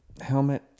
helmet